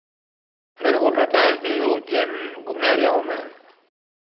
अरे मैं यह बोल रहा था कि उज्जैन घूमने आ रहा हूँ मैं